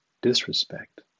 disrespect